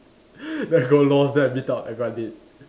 then I got lost then I meet up everyone late